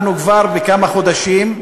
אנחנו כבר כמה חודשים,